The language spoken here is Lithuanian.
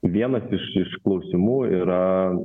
vienas iš klausimų yra